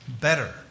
better